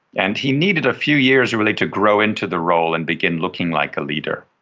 and he needed a few years really to grow into the role and begin looking like a leader.